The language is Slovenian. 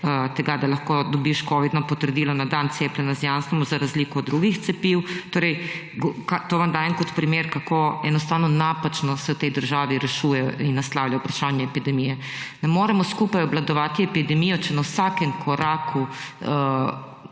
tega, da lahko dobiš covidno potrdilo na dan cepljenja z Janssenom, za razliko od drugih cepiv. To vam dajem kot primer, kako napačno se v tej državi rešuje in naslavlja vprašanje epidemije. Ne moremo skupaj obvladovati epidemije, če na vsakem koraku